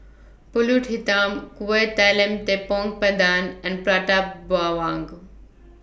Pulut Hitam Kueh Talam Tepong Pandan and Prata Bawang